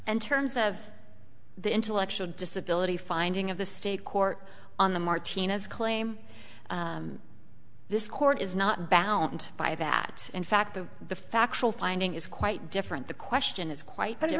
d terms of the intellectual disability finding of the state court on the martinez claim this court is not bound by that in fact the the factual finding is quite different the question is quite